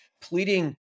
pleading